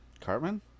Cartman